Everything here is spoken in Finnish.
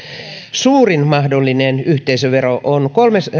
suurin mahdollinen yhteisövero on